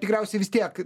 tikriausiai vis tiek